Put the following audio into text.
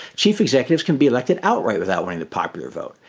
chief executives can be elected outright without winning the popular vote.